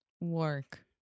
work